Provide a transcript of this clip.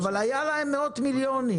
אבל היו להם מאות מיליונים,